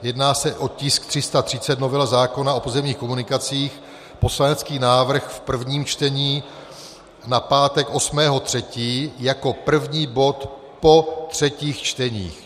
Jedná se o tisk 330 novela zákona o pozemních komunikacích, poslanecký návrh v prvním čtení, na pátek 8. 3. jako první bod po třetích čteních.